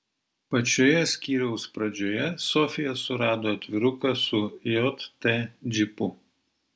pačioje skyriaus pradžioje sofija surado atviruką su jt džipu